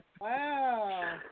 Wow